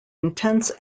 intense